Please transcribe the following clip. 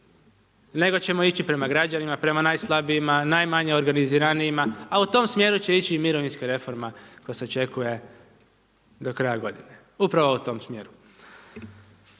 nego ćemo ići prema građanima, prema najslabijima, najmanje organiziranijima a u tom smjeru će ići mirovinska reforma koja se očekuje do kraja godine, upravo u tom smjeru.